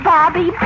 Bobby